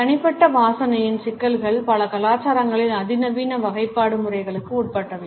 தனிப்பட்ட வாசனையின் சிக்கல்கள் பல கலாச்சாரங்களில் அதிநவீன வகைப்பாடு முறைகளுக்கு உட்பட்டவை